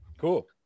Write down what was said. Cool